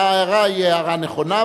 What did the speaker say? ההערה היא הערה נכונה.